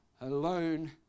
alone